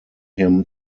him